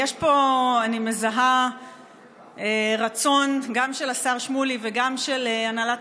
אני מזהה רצון גם של השר שמולי וגם של הנהלת